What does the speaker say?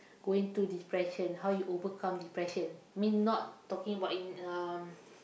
going through depression how you overcome depression mean not talking about in um